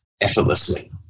effortlessly